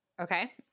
Okay